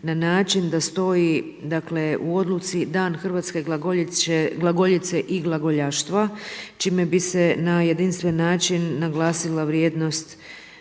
na način da stoji u Odluci: „Dan hrvatske glagoljice i glagoljaštva“ čime bi se na jedinstven način naglasila vrijednost